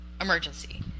emergency